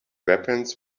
weapons